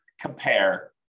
compare